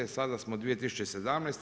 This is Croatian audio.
Sada smo 2017.